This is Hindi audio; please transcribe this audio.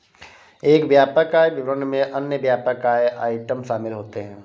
एक व्यापक आय विवरण में अन्य व्यापक आय आइटम शामिल होते हैं